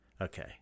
Okay